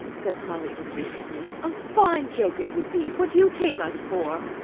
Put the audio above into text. said polly indignantly. a fine joke it would be. what do you take us for?